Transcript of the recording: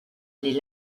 les